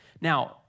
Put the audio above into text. Now